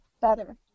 better